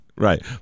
Right